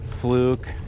fluke